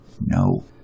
No